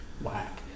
Whack